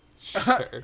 Sure